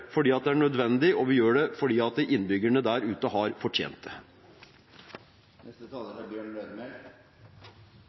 fordi det er nødvendig, og fordi innbyggerne der ute har fortjent det.